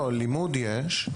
לא, לימוד יש.